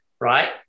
right